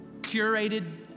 curated